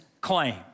claim